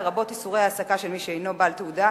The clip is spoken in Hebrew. לרבות איסורי העסקה של מי שאינו בעל תעודה,